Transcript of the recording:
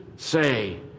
say